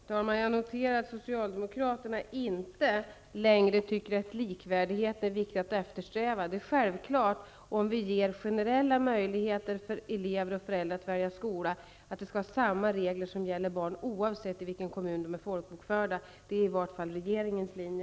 Herr talman! Jag noterar att Socialdemokraterna inte längre tycker att likvärdighet är viktig att eftersträva. Om vi ger generella möjligheter för elever och föräldrar att välja skola är det självklart att det skall gälla samma regler för barnen oavsett var de är folkbokförda. Det är i varje fall regeringens linje.